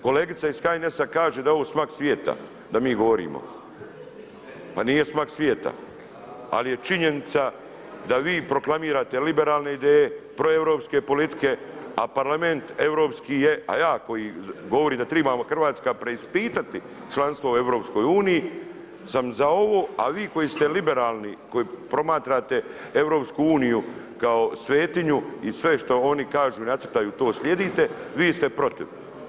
Kolegica iz HNS-a kaže da je ovo smak svijeta da mi govorimo, pa nije smak svijeta, ali je činjenica da vi proklamirate liberalne ideje, proeuropske politike, a Parlament europski je, a ja koji govorim da tribamo Hrvatska preispitati članstvo u EU sam za ovo, a vi koji ste liberalni, koji promatrate EU kao svetinju i sve što oni kažu i nacrtaju to slijedite, vi ste protiv.